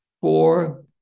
four